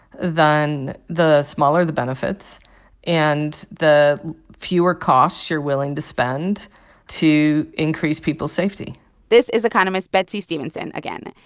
then the smaller the benefits and the fewer costs you're willing to spend to increase people's safety this is economist betsey stevenson again.